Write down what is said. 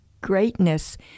greatness